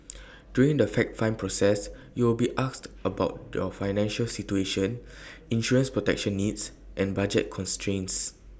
during the fact find process you will be asked about your financial situation insurance protection needs and budget constraints